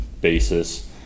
basis